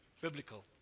biblical